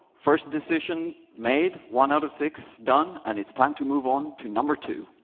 first decision made, one out of six done. and it's time to move on to number two.